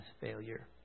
failure